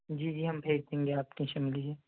جی جی ہم بھیج دیں گے آپ ٹینشن مت لیجیے